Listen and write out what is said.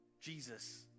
Jesus